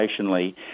operationally